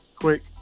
quick